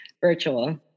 virtual